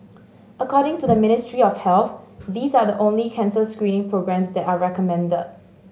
according to the Ministry of Health these are the only cancer screening programmes that are recommended